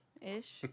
Ish